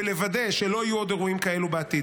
ולוודא שלא יהיו עוד אירועים כאלו בעתיד.